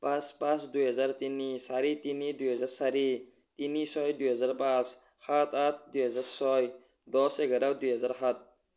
পাঁচ পাঁচ দুহেজাৰ তিনি চাৰি তিনি দুহেজাৰ চাৰি তিনি ছয় দুহেজাৰ পাঁচ সাত আঠ দুহেজাৰ ছয় দহ এঘাৰ দুহেজাৰ সাত